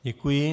Děkuji.